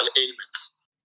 ailments